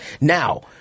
Now